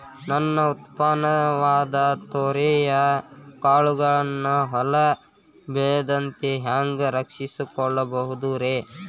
ನನ್ನ ಉತ್ಪನ್ನವಾದ ತೊಗರಿಯ ಕಾಳುಗಳನ್ನ ಹುಳ ಬೇಳದಂತೆ ಹ್ಯಾಂಗ ರಕ್ಷಿಸಿಕೊಳ್ಳಬಹುದರೇ?